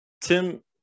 tim